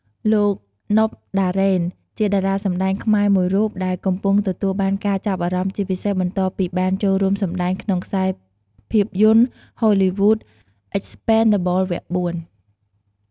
លោក ណុប ដារ៉េន ជាតារាសម្តែងខ្មែរមួយរូបដែលកំពុងទទួលបានការចាប់អារម្មណ៍ ជាពិសេសបន្ទាប់ពីបានចូលរួមសម្ដែងក្នុងខ្សែភាពយន្តហូលីវូដ អិចស្ពេនដាបល វគ្គ៤ "Expend4bles"។